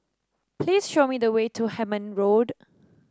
please show me the way to Hemmant Road